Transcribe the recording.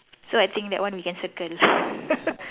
so I think that one we can circle